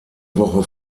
woche